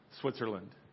Switzerland